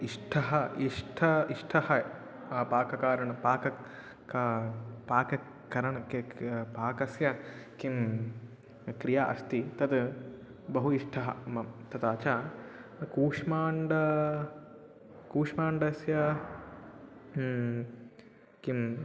इष्टः इष्टः इष्टः पाककारणं पाकं का पाककरणं के के पाकस्य किं क्रिया अस्ति तद् बहु इष्टा मम तथा च कूष्माण्डं कूष्माण्डस्य किं